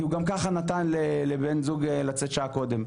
כי הוא גם ככה נתן לבן זוג לצאת שעה קודם,